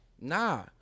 nah